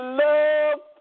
love